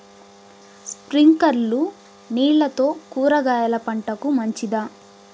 స్ప్రింక్లర్లు నీళ్లతో కూరగాయల పంటకు మంచిదా?